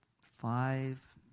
five